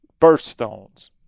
Birthstones